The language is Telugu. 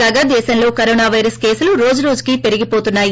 కాగా దేశంలో కరోనా వైరస్ కేసులు రోజురోజుకు పరిగిపోతున్నాయి